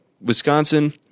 Wisconsin